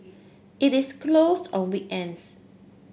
it is closes on